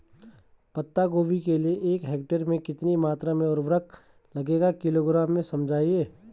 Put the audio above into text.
पत्ता गोभी के लिए एक हेक्टेयर में कितनी मात्रा में उर्वरक लगेगा किलोग्राम में समझाइए?